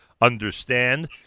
understand